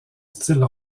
style